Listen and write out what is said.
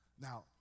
Now